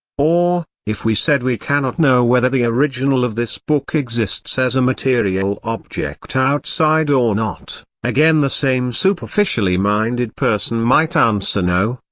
or, if we said we cannot know whether the original of this book exists as a material object outside or not, again again the same superficially minded person might answer no,